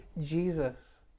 Jesus